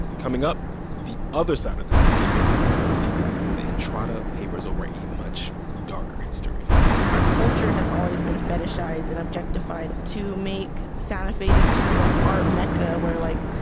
coming up the other side of this debate from people who feel the entrada papers over a much darker history our culture has always been fetishized and objectified to make santa fe this kind of, like, art mecca where, like,